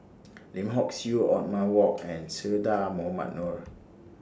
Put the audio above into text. Lim Hock Siew Othman Wok and Che Dah Mohamed Noor